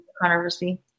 controversy